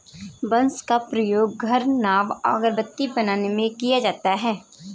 बांस का प्रयोग घर, नाव और अगरबत्ती बनाने में किया जाता है